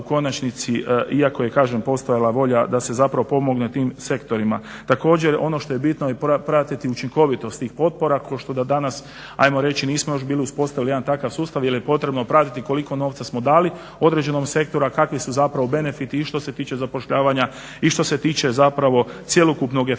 iako je kažem postojala volja da se zapravo pomogne tim sektorima. Također, ono što je bitno i … učinkovitost tih potpora … do danas ajmo reći nismo još bili uspostavili jedan takav sustav jer je potrebno pratiti koliko novca smo dali određenom sektoru, a kakvi su zapravo benefiti i što se tiče zapošljavanja i što se tiče zapravo cjelokupnog efekta